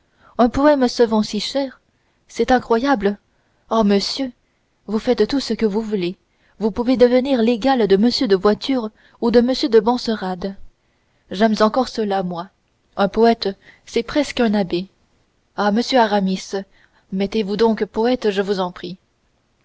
un poème se vend si cher c'est incroyable oh monsieur vous faites tout ce que vous voulez vous pouvez devenir l'égal de m de voiture et de m de benserade j'aime encore cela moi un poète c'est presque un abbé ah monsieur aramis mettez-vous donc poète je vous en prie